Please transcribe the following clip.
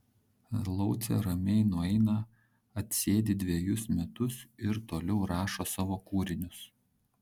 laucė ramiai nueina atsėdi dvejus metus ir toliau rašo savo kūrinius